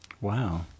Wow